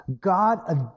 God